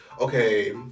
okay